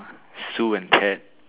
Sue and cat